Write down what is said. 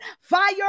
fire